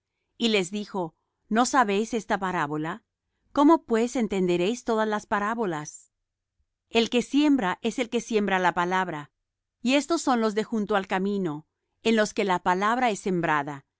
y les dijo no sabéis esta parábola cómo pues entenderéis todas las parábolas el que siembra es el que siembra la palabra y éstos son los de junto al camino en los que la palabra es sembrada